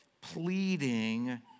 pleading